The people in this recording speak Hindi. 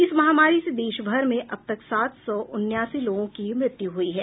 इस महामारी से देशभर में अब तक सात सौ उनासी लोगों की मृत्यु हुई है